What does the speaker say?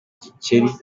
gikeli